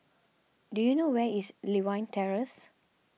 do you know where is Lewin Terrace